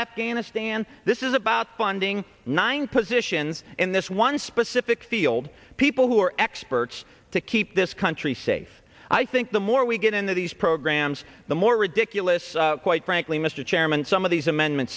afghanistan this is about funding nine positions in this one specific field people who are experts to keep this country safe i think the more we get into these programs the more ridiculous quite frankly mr chairman some of these amendment